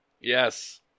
Yes